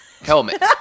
Helmet